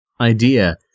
idea